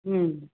ம்